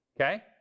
Okay